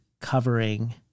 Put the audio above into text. covering